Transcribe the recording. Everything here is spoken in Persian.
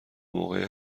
موقع